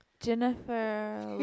Jennifer